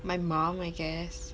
my mum I guess